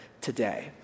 today